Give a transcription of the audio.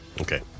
Okay